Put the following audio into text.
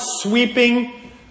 sweeping